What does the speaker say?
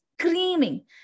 screaming